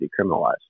decriminalized